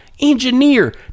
engineer